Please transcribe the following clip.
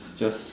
it's just